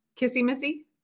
kissy-missy